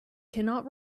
cannot